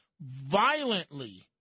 violently